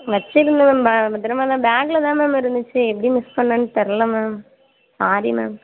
வச்சுருந்தேன் மேம் பே பத்திரமா தான் பேக்கில் தான் மேம் இருந்துச்சு எப்படி மிஸ் பண்ணிணேன்னு தெரில மேம் சாரி மேம்